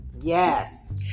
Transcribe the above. Yes